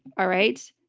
all right?